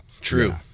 True